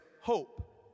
hope